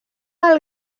del